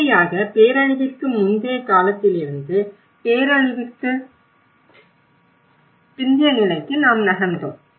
படிப்படியாக பேரழிவிற்கு முந்தைய காலத்திலிருந்து பேரழிவிற்கு பிந்தைய நிலைக்கு நாம் நகர்ந்தோம்